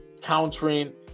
Countering